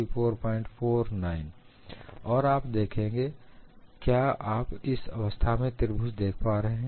तो आप देखेंगे क्या आप इस अवस्था में त्रिभुज देख पा रहे हैं